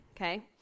okay